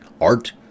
art